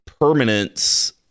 permanence